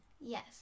Yes